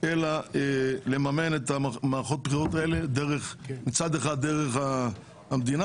אלא לממן את מערכות הבחירות האלה מצד אחד דרך המדינה